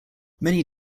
many